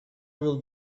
will